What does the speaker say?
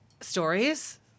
stories